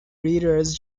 readers